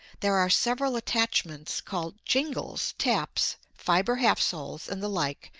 there are several attachments, called jingles, taps, fiber half soles, and the like,